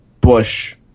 Bush